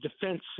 defense